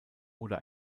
oder